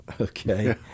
okay